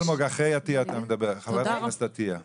אלמוג, אחרי חברת הכנסת עטייה אתה תדבר.